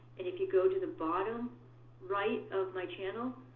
and if you go to the bottom right of my channel,